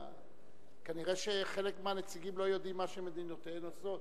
כנראה חלק מהנציגים לא יודעים מה שמדינותיהן עושות.